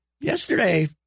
Yesterday